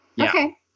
Okay